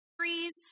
Trees